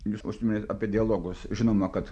jūs užsiminėt apie dialogus žinoma kad